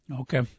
Okay